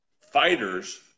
fighters